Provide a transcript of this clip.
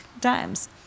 Times